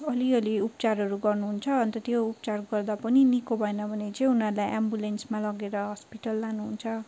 अलिअलि उपचारहरू गर्नुहुन्छ अन्त त्यो उपचार गर्दा पनि निको भएन भने चाहिँ उनीहरूलाई एम्बुलेन्समा लिएर हस्पिटल लानुहुन्छ